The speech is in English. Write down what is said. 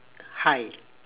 hi